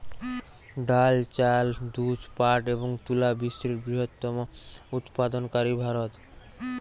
ডাল, চাল, দুধ, পাট এবং তুলা বিশ্বের বৃহত্তম উৎপাদনকারী ভারত